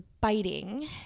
biting